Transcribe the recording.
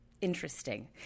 interesting